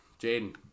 Jaden